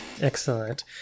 excellent